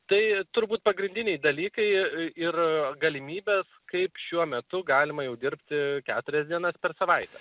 tai turbūt pagrindiniai dalykai ir galimybes kaip šiuo metu galima jau dirbti keturias dienas per savaitę